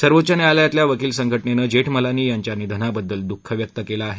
सर्वोच्च न्यायालयातल्या वकील संघटेनेनं जेठमलानी यांच्या निधानबद्दल दुःख व्यक्त केलं आहे